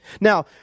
Now